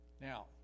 Now